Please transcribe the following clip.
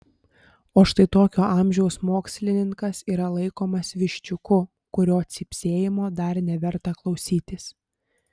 o štai tokio amžiaus mokslininkas yra laikomas viščiuku kurio cypsėjimo dar neverta klausytis